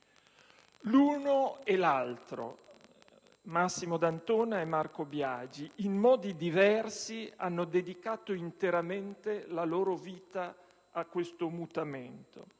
L'uno e l'altro - Massimo D'Antona e Marco Biagi - in modi diversi hanno dedicato interamente la loro vita a questo mutamento